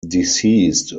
deceased